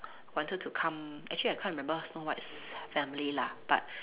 wanted to come actually I can't remember snow white's family lah but